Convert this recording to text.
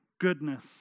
goodness